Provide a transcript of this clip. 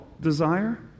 desire